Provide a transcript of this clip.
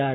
R